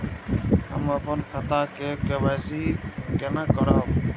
हम अपन खाता के के.वाई.सी केना करब?